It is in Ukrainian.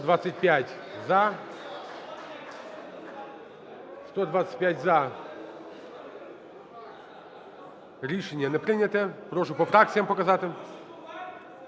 За-125 Рішення не прийнято. Прошу по фракціям показати.